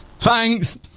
thanks